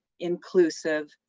inclusive,